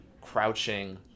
crouching